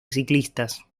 ciclistas